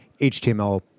HTML